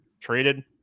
traded